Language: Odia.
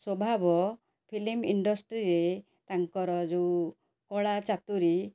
ସ୍ଵଭାବ ଫିଲ୍ମ୍ ଇଣ୍ଡଷ୍ଟ୍ରିରେ ତାଙ୍କର ଯେଉଁ କଳା ଚାତୁରୀ